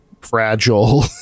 fragile